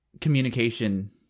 communication